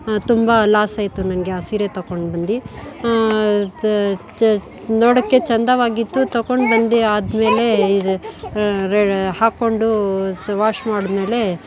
ತುಂಬ ಲಾಸ್ ಆಯಿತು ನನಗೆ ಆ ಸೀರೆ ತಗೊಂಡು ಬಂದು ನೋಡೋಕ್ಕೆ ಚೆಂದವಾಗಿತ್ತು ತಗೊಂಡು ಬಂದು ಆದಮೇಲೆ ಇದು ಹಾಕ್ಕೊಂಡು ಸೊ ವಾಶ್ ಮಾಡಿದ್ಮೇಲೆ